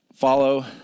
Follow